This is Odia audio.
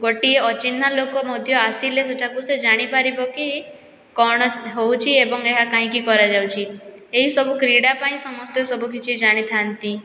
ଗୋଟିଏ ଅଚିହ୍ନା ଲୋକ ମଧ୍ୟ ଆସିଲେ ସେଠାକୁ ସେ ଜାଣିପାରିବକି କ'ଣ ହେଉଛି ଏବଂ ଏହା କାହିଁକି କରାଯାଉଛି ଏହିସବୁ କ୍ରୀଡ଼ା ପାଇଁ ସମସ୍ତେ ସବୁ କିଛି ଜାଣିଥାଆନ୍ତି